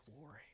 glory